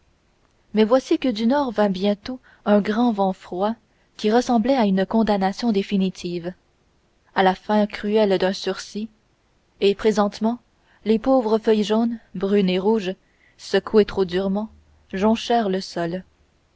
mais voici que du nord vint bientôt un grand vent froid qui ressemblait à une condamnation définitive à la fin cruelle d'un sursis et présentement les pauvres feuilles jaunes brunes et rouges secouées trop durement jonchèrent le sol